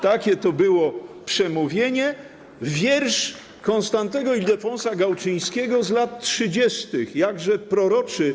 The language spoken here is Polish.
Takie to było przemówienie, [[Wesołość na sali, oklaski]] wiersz Konstantego Ildefonsa Gałczyńskiego z lat 30., jakże proroczy.